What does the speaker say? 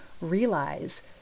realize